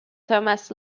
thomas